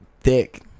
Thick